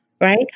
right